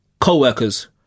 co-workers